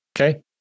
Okay